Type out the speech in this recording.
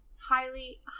Highly